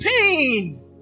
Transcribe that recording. pain